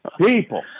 people